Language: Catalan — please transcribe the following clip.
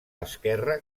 esquerre